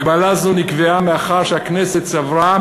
הגבלה זו נקבעה מאחר שהכנסת סברה